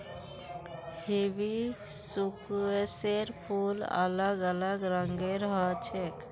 हिबिस्कुसेर फूल अलग अलग रंगेर ह छेक